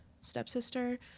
stepsister